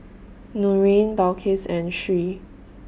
Nurin Balqis and Sri